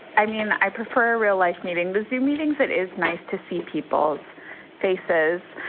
i mean, i prefer a real life meeting. the see meetings. it is nice to see people's faces.